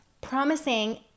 promising